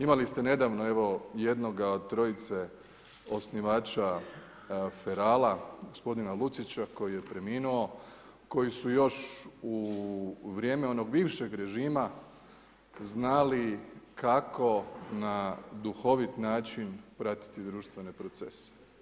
Imali ste nedavno evo jednoga od trojice osnivača Ferala gospodina Lucića koji je preminuo, koji su još u vrijeme onog bivšeg režima znali kako na duhovit način pratiti društvene procese.